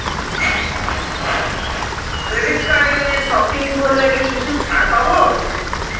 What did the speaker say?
Credit কার্ডে shopping করলে কি কিছু ছাড় পাব?